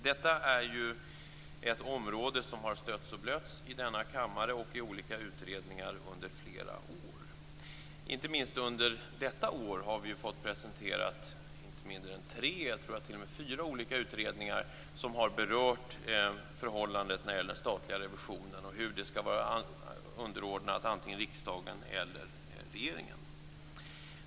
Detta är ju ett område som har stötts och blötts i denna kammare och i olika utredningar under flera år. Det gäller inte minst detta år, då vi ju fått presenterat för oss inte mindre tre, eller t.o.m. fyra tror jag, olika utredningar som har berört förhållandet när det gäller den statliga revisionen och hur den skall vara underordnad antingen riksdagen eller regeringen.